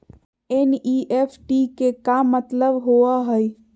NEFT के का मतलव होव हई?